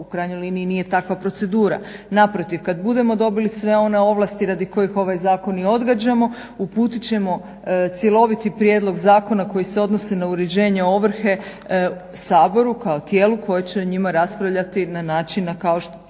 u krajnjoj liniji nije takva procedura. Naprotiv, kada budemo dobili sve one ovlasti radi kojih ovaj zakon i odgađamo uputit ćemo cjeloviti prijedlog zakona koji se odnosi na uređenje ovrhe Saboru kao tijelu koje će o njima raspravljati na način kao što